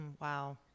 Wow